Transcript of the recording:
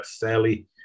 fairly